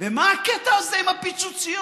ומה הקטע הזה עם הפיצוציות?